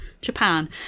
Japan